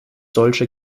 solche